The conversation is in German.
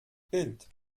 bild